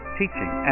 teaching